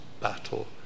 battle